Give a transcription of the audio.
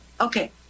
Okay